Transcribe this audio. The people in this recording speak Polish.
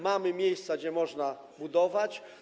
Mamy miejsca, gdzie można budować.